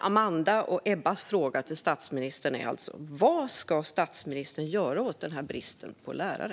Amandas och Ebbas fråga till statsministern är: Vad ska statsministern göra åt bristen på lärare?